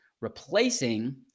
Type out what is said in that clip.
replacing